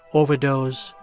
overdose,